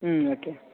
okay